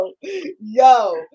Yo